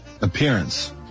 appearance